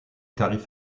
tarifs